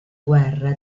guerra